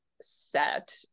set